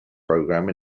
program